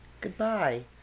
goodbye